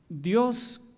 Dios